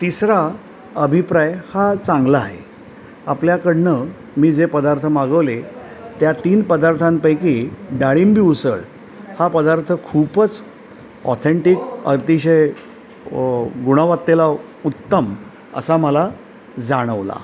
तिसरा अभिप्राय हा चांगला आहे आपल्याकडनं मी जे पदार्थ मागवले त्या तीन पदार्थांपैकी डाळिंबी उसळ हा पदार्थ खूपच ऑथेंटिक अतिशय गुणवत्तेला उत्तम असा मला जाणवला